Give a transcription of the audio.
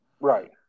Right